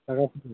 থাকা